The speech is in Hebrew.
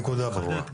הנקודה ברורה.